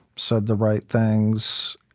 said the right things,